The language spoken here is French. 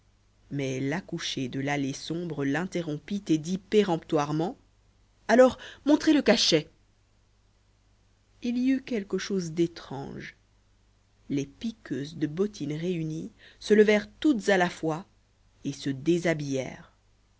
mais l'accouchée de l'allée sombre l'interrompit et dit péremptoirement alors montrez le cachet il y eut quelque chose d'étrange les piqueuses de bottines réunies se levèrent toutes à la fois et se